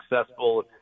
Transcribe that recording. successful